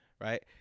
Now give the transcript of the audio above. right